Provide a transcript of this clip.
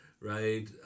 right